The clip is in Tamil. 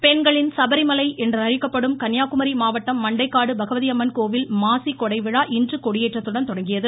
கோவில் பெண்களின் சபரிமலை என்றழைக்கப்படும் கன்னியாக்குமரி மாவட்டம் மண்டைக்காடு பகவதி அம்மன் கோவில் மாசி கொடைவிழா இன்று கொடியேற்றத்துடன் தொடங்கியது